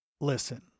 Listen